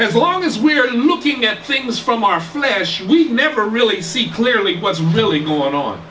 as long as we are looking at things from our flesh we never really see clearly what is really going